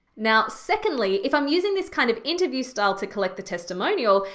now, secondly, if i'm using this kind of interview style to collect the testimonial,